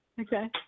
Okay